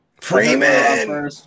Freeman